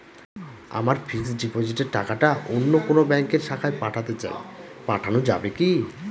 আমার ফিক্সট ডিপোজিটের টাকাটা অন্য কোন ব্যঙ্কের শাখায় পাঠাতে চাই পাঠানো যাবে কি?